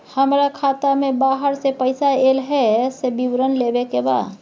हमरा खाता में बाहर से पैसा ऐल है, से विवरण लेबे के बा?